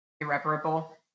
irreparable